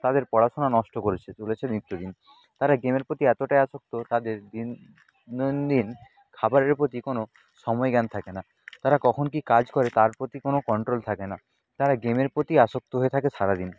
তাদের পড়াশোনা নষ্ট করেছে তুলেছে নিত্যদিন তারা গেমের প্রতি এতটাই আসক্ত তাদের দিন দৈনন্দিন খাবারের প্রতি কোনো সময় জ্ঞান থাকে না তারা কখন কি কাজ করে তার প্রতি কোনো কন্ট্রোল থাকে না তারা গেমের প্রতি আসক্ত হয়ে থাকে সারা দিন